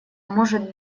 может